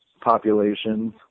populations